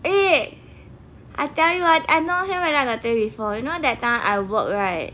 eh I tell you I am not sure whether I got tell you before you know that time I work right